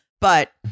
but-